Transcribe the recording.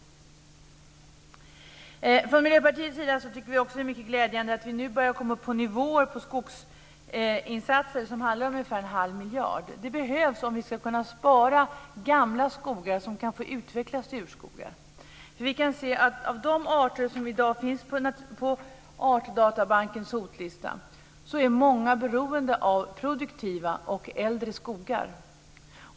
Från Miljöpartiets sida tycker vi också att det är mycket glädjande att vi nu börjar komma upp på nivåer för skogsinsatser som handlar om ungefär 1⁄2 miljard. Det behövs om vi ska kunna spara gamla skogar som kan få utvecklas till urskogar.